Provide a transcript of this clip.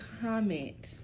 comment